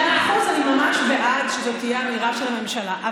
מאה אחוז, אני ממש בעד שזאת תהיה אמירה של הממשלה.